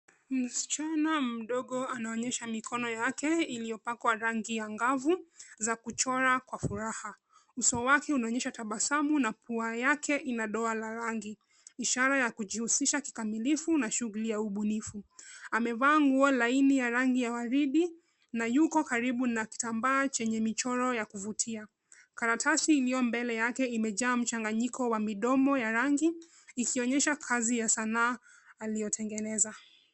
Msichana mdogo anaonyesha mikono yake iliyopakwa rangi angavu za kuchora kwa furaha. Uso wake unaonyesha tabasamu na pua yake ina doa la rangi, ishara ya kujihusisha kikamilifu na shughuli ya ubunifu. Amevaa nguo laini ya rangi ya waridi na yuko karibu na kitambaa chenye michoro ya kuvutia. Karatasi iliyo mbele yake imejaa mchanganyiko wa midomo ya rangi, ikionyesha kazi ya sanaa aliyotengeneza.